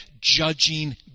judging